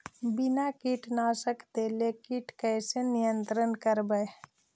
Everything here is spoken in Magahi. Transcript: बिना कीटनाशक देले किट कैसे नियंत्रन करबै?